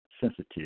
sensitive